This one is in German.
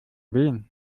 wen